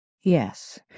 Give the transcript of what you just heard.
Yes